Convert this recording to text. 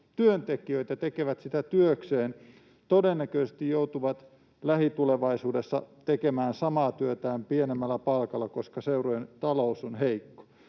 työntekijöitä, tekevät sitä työkseen — todennäköisesti joutuvat lähitulevaisuudessa tekemään samaa työtään pienemmällä palkalla, koska seurojen talous on heikko.